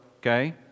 okay